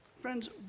Friends